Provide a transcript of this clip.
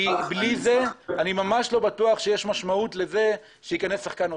כי בלי זה אני לא בטוח שיש משמעות לכך שייכנס שחקן נוסף.